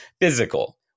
Physical